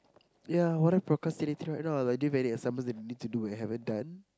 ya what are you procrastinating right now like do you have any assignments you need to do and haven't done